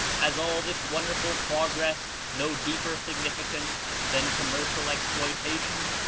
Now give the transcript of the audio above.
has all this wonderful progress no deeper significance than commercial exploitation?